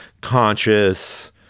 conscious